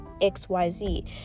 xyz